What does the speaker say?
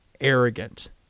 arrogant